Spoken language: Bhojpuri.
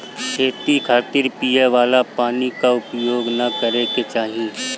खेती खातिर पिए वाला पानी क उपयोग ना करे के चाही